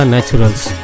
Naturals